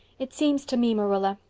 it seems to me, marilla,